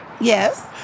Yes